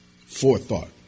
Forethought